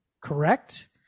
correct